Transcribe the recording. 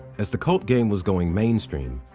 as the cult game was going mainstream,